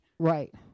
Right